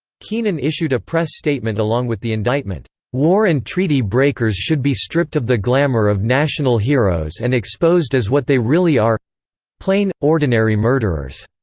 keenan issued a press statement along with the indictment war and treaty-breakers should be stripped of the glamour of national heroes and exposed as what they really are plain, ordinary murderers.